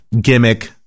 gimmick